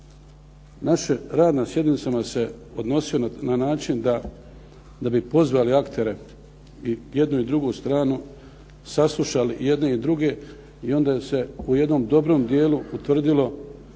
Naš rad na sjednicama se odnosio na način da bi pozvali aktere, i jednu i drugu stranu, saslušali i jedne i druge i onda se u jednom dobrom dijelu utvrdilo